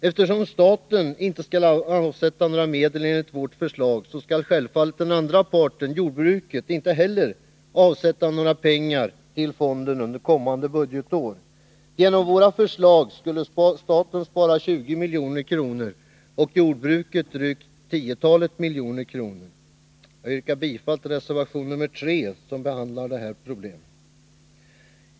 Eftersom staten inte skall avsätta några medel, enligt vårt förslag, skall självfallet den andra parten, jordbruket, inte heller avsätta några pengar i fonden under kommande budgetår. Genom vårt förslag skulle staten spara 20 milj.kr. och jordbruket drygt 10 milj.kr. Jag kommer att yrka bifall till reservation 3, som behandlar detta problem.